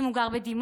אם הוא גר בדימונה,